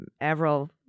Avril